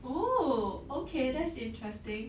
oh okay that's interesting